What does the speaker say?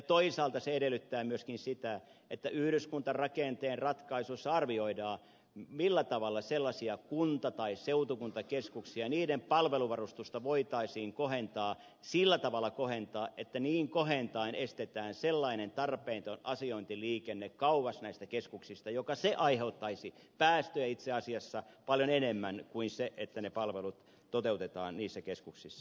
toisaalta se edellyttää myöskin sitä että yhdyskuntarakenteen ratkaisuissa arvioidaan millä tavalla sellaisia kunta tai seutukuntakeskuksia niiden palveluvarustusta voitaisiin kohentaa sillä tavalla kohentaa että niin kohentaen estetään sellainen tarpeeton asiointiliikenne kauas näistä keskuksista joka aiheuttaisi päästöjä itse asiassa paljon enemmän kuin se että ne palvelut toteutetaan niissä keskuksissa